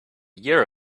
year